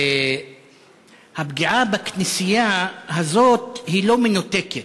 הפגיעה בכנסייה הזאת לא מנותקת.